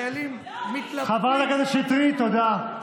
חברת הכנסת שטרית, תודה.